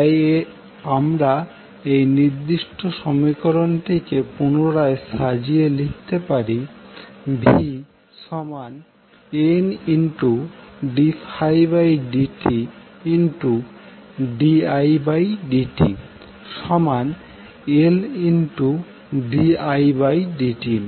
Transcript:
তাই আমরা এই নির্দিষ্ট সমীকরণটিকে পুনরায় সাজিয়ে লিখতে পারি vNddididtLdidt